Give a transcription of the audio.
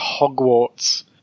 Hogwarts